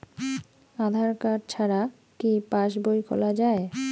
আধার card ছাড়া কি পাসবই খোলা যায়?